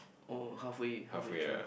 oh halfway halfway through